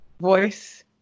voice